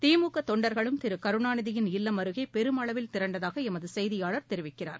திமுக தொண்டர்களும் திரு கருணாநிதியின் இல்லம் அருகே பெருமளவில் திரண்டதாக எமது செய்தியாளர் தெரிவிக்கிறார்